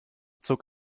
zog